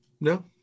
no